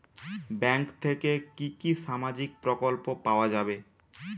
Bank থেকে কি কি সামাজিক প্রকল্প পাওয়া যাবে?